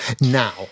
Now